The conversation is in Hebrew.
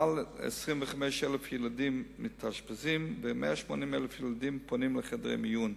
מעל ל-25,000 ילדים מתאשפזים וכ-180,000 ילדים פונים לחדרי המיון.